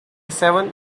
seven